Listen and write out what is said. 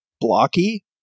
blocky